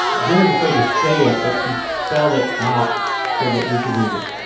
jenna's afraid to say it but she spelled it out so that we could read it.